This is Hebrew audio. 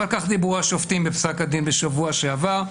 אחר כך דיברו השופטים בפסק הדין בשבוע שעבר,